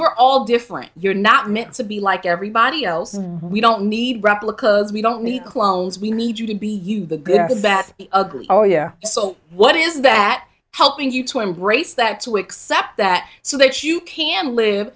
we're all different you're not meant to be like everybody else we don't need replicas we don't need clones we need you to be you the good the bad the ugly oh yeah so what is that helping you to embrace that to accept that so that you can live